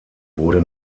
wurde